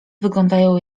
wyglądają